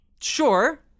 sure